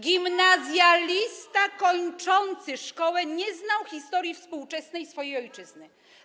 Gimnazjalista kończący szkołę nie znał historii współczesnej swojej ojczyzny.